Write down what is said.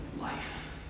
life